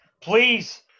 please